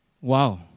Wow